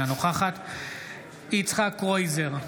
אינה נוכחת יצחק קרויזר,